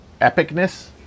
epicness